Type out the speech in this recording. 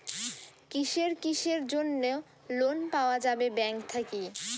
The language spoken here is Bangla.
কিসের কিসের জন্যে লোন পাওয়া যাবে ব্যাংক থাকি?